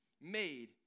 made